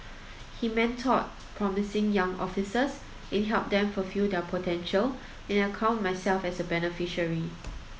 he mentored promising young officers and helped them fulfil their potential and I count myself a beneficiary